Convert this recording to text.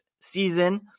season